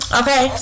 okay